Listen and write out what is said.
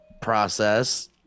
process –